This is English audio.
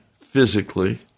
physically